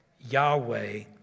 Yahweh